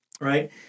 right